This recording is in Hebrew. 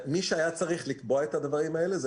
מי שהיה צריך לקבוע את הדברים האלה,